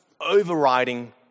overriding